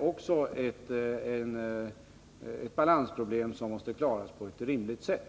Också det är ett balansproblem som måste lösas på ett rimligt sätt.